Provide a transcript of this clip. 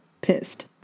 Pissed